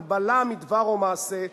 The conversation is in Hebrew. הגבלה מדבר או מעשה,